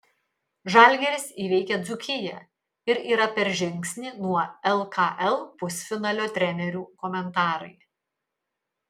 žalgiris įveikė dzūkiją ir yra per žingsnį nuo lkl pusfinalio trenerių komentarai